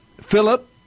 Philip